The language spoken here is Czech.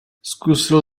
zkusil